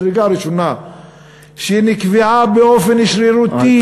מדרגה ראשונה שנקבעה באופן שרירותי,